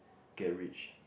get rich